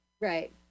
Right